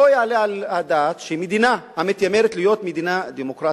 לא יעלה על הדעת שמדינה המתיימרת להיות מדינה דמוקרטית,